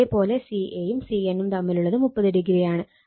അതേ പോലെ ca യും cn നും തമ്മിലുള്ളത് 30o ആണ്